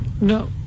no